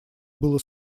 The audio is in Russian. было